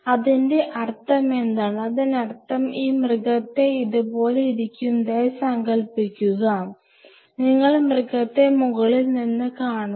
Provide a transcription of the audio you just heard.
അതിന്റെ അർത്ഥമെന്താണ് അതിനർത്ഥം ഈ മൃഗത്തെ ഇതുപോലെ ഇരിക്കുന്നതായി സങ്കൽപ്പിക്കുക നിങ്ങൾ മൃഗത്തെ മുകളിൽ നിന്ന് കാണുന്നു